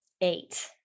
Eight